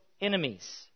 enemies